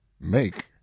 make